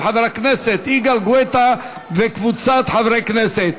של חבר הכנסת יגאל גואטה וקבוצת חברי הכנסת,